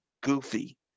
goofy